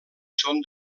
són